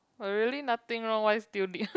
but really nothing wrong why still need